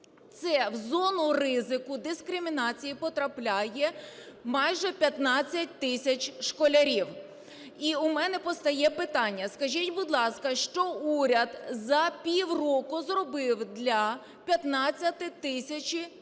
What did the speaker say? Це в зону ризику дискримінації потрапляє майже 15 тисяч школярів. І в мене постає питання. Скажіть, будь ласка, що уряд за півроку зробив для 15 тисяч сільських школярів?